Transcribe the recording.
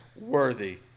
worthy